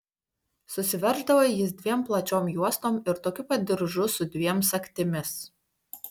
susiverždavo jis dviem plačiom juostom ir tokiu pat diržu su dviem sagtimis